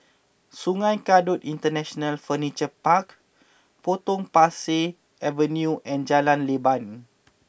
Sungei Kadut International Furniture Park Potong Pasir Avenue and Jalan Leban